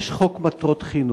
יש חוק מטרות חינוך,